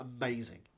amazing